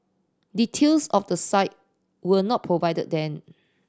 details of the site were not provided then